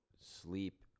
sleep